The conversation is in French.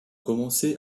commencé